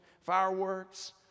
Fireworks